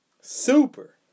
super